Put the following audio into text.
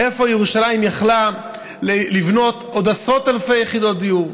איפה ירושלים יכלה לבנות עוד עשרות אלפי יחידות דיור,